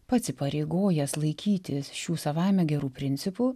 pats įsipareigojęs laikytis šių savaime gerų principų